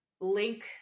link